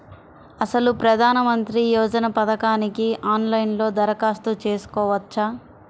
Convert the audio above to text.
అసలు ప్రధాన మంత్రి యోజన పథకానికి ఆన్లైన్లో దరఖాస్తు చేసుకోవచ్చా?